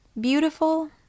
Beautiful